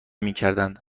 میکردند